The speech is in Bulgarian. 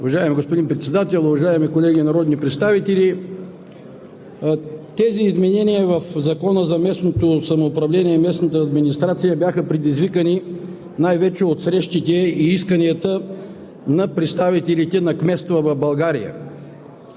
Уважаеми господин Председател, уважаеми колеги народни представители! Измененията в Закона за местното самоуправление и местната администрация бяха предизвикани най-вече от срещите и исканията на представителите на кметствата в България.